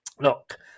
look